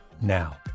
now